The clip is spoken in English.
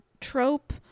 trope